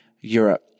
Europe